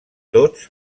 tots